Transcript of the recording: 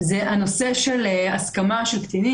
זה הנושא של הסכמה של קטינים,